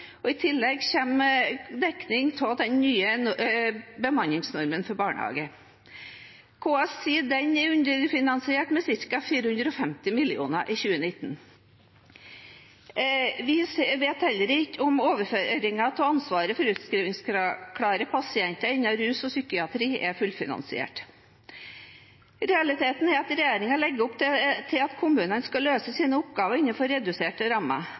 og i tillegg kommer inndekning av den nye bemanningsnormen for barnehagen. KS sier den er underfinansiert med ca. 450 mill. kr for 2019. Vi vet heller ikke om overføringen av ansvaret for utskrivingsklare pasienter innen rus og psykiatri er fullfinansiert. Realiteten er at regjeringen legger opp til at kommunene skal løse sine oppgaver innenfor reduserte rammer.